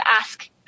ask